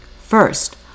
First